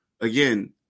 again